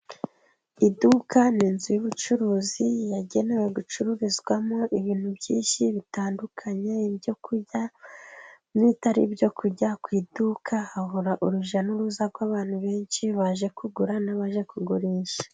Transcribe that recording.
Iduka ni inzu y'ubucuruzi yagenewe gucururizwamo ibintu byinshi bitandukanye, ibyo kurya n'ibitari ibyo kujya, ku iduka hahora urujya n'uruza rw'abantu benshi baje kugura n'abaje kugurisha.